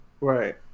Right